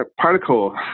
particle